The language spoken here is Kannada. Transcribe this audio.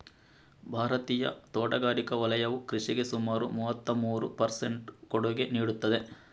ಭಾರತೀಯ ತೋಟಗಾರಿಕಾ ವಲಯವು ಕೃಷಿಗೆ ಸುಮಾರು ಮೂವತ್ತಮೂರು ಪರ್ ಸೆಂಟ್ ಕೊಡುಗೆ ನೀಡುತ್ತದೆ